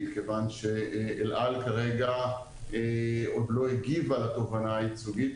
כיוון שאל-על כרגע עוד לא הגיבה לתובענה הייצוגית,